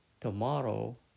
tomorrow